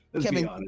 Kevin